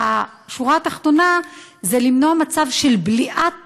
השורה התחתונה היא למנוע מצב של בליעת